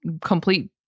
complete